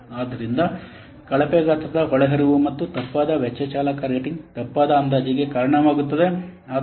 ಆದ್ದರಿಂದ ಕಳಪೆ ಗಾತ್ರದ ಒಳಹರಿವು ಮತ್ತು ತಪ್ಪಾದ ವೆಚ್ಚ ಚಾಲಕ ರೇಟಿಂಗ್ ತಪ್ಪಾದ ಅಂದಾಜಿಗೆ ಕಾರಣವಾಗುತ್ತದೆ